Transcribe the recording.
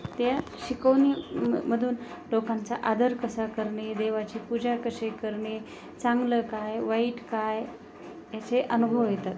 त्या शिकवणी मग मधून लोकांचा आदर कसा करणे देवाची पूजा कशी करणे चांगलं काय वाईट काय याचे अनुभव येतात